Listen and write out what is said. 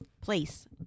Place